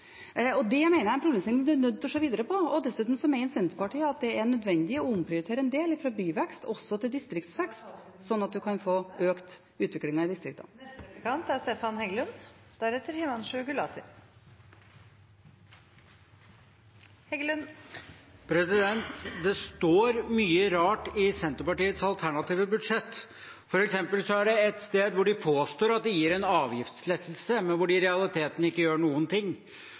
og det mener jeg er en problemstilling en er nødt til å se videre på. Dessuten mener Senterpartiet at det er nødvendig å omprioritere en del fra byvekst også til distriktsvekst, slik at man kan få økt utviklingen i distriktene. Det står mye rart i Senterpartiets alternative budsjett. For eksempel påstår de et sted at de gir en avgiftslettelse der de i realiteten ikke gjør noen ting.